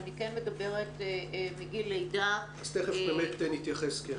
ואני כן מדברת מגיל לידה ואילך